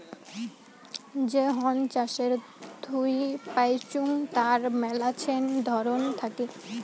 যে হুন চাষের থুই পাইচুঙ তার মেলাছেন ধরন থাকি